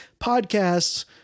podcasts